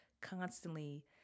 constantly